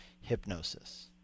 hypnosis